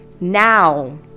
now